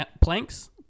planks